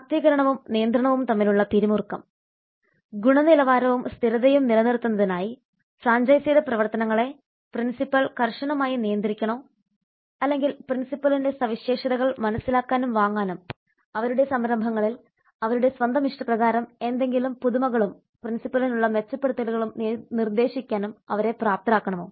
ശാക്തീകരണവും നിയന്ത്രണവും തമ്മിലുള്ള പിരിമുറുക്കം ഗുണനിലവാരവും സ്ഥിരതയും നിലനിർത്തുന്നതിനായി ഫ്രാഞ്ചൈസിയുടെ പ്രവർത്തനങ്ങളെ പ്രിൻസിപ്പൽ കർശനമായി നിയന്ത്രിക്കണോ അല്ലെങ്കിൽ പ്രിൻസിപ്പലിന്റെ സവിശേഷതകൾ മനസിലാക്കാനും വാങ്ങാനും അവരുടെ സംരംഭങ്ങളിൽ അവരുടെ സ്വന്തം ഇഷ്ടപ്രകാരം എന്തെങ്കിലും പുതുമകളും പ്രിൻസിപ്പലിനുള്ള മെച്ചപ്പെടുത്തലുകളും നിർദ്ദേശിക്കാനും അവരെ പ്രാപ്തരാക്കണമോ